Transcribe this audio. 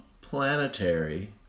planetary